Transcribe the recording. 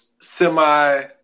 semi